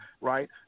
right